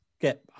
get